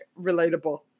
relatable